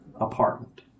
apartment